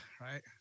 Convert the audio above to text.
right